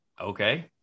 okay